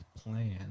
plan